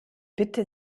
bitte